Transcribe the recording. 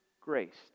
graced